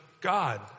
God